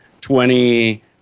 Twenty